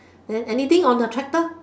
then anything on the tractor